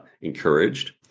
encouraged